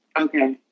Okay